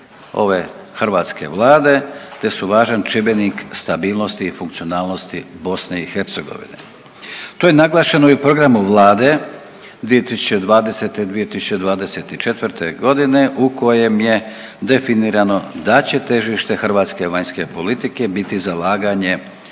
ove hrvatske vlade te su važan čimbenik stabilnosti i funkcionalnosti BiH. To je naglašeno i u programu vlade 2020.-2024. godine u kojem je definirano da će težište hrvatske vanjske politike biti zalaganje